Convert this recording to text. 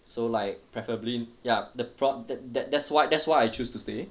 so like preferably ya the prob~ that that that's why that's why I choose to stay